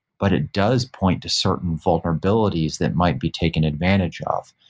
but it does point to certain vulnerabilities that might be taken advantage of,